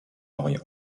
orient